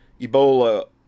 ebola